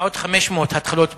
עוד 500 התחלות בנייה,